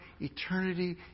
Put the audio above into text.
eternity